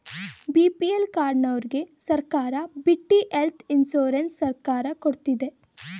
BPL ಕಾರ್ಡನವರ್ಗೆ ಸರ್ಕಾರ ಬಿಟ್ಟಿ ಹೆಲ್ತ್ ಇನ್ಸೂರೆನ್ಸ್ ಸರ್ಕಾರ ಕೊಡ್ತಿದೆ